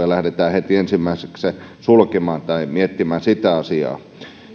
toimipaikkoja lähdetään heti ensimmäiseksi sulkemaan tai miettimään sitä asiaa